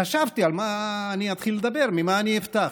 חשבתי על מה אני אתחיל לדבר, במה אני אפתח.